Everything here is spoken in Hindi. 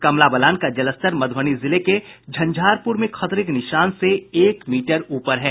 कमला बलान का जलस्तर मधुबनी जिले के झंझारपुर में खतरे के निशान से एक मीटर ऊपर है